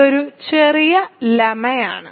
ഇതൊരു ചെറിയ ലെമ്മ യാണ്